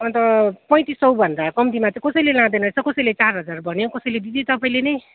अन्त पैँतिस सयभन्दा कम्तीमा चाहिँ कसैले लाँदैन रहेछ कसैले चार हजार भन्यो कसैले दिदी तपाईँले नै